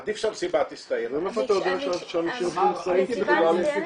עדיף שהמסיבה --- מאיפה אתה יודע שאנשים לקחו סמים פסיכדליים?